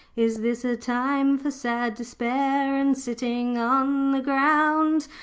is this a time for sad despair and sitting on the ground?